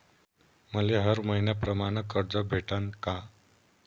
मले हर मईन्याप्रमाणं कर्ज भेटन का?